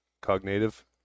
Cognitive